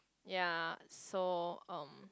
ya so um